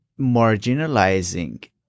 marginalizing